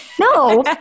No